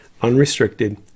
unrestricted